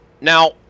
Now